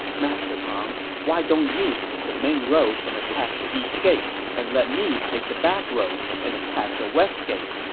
master pang, why don't you take the main road and attack the east gate, and let me take the back road and attack the west gate?